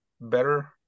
better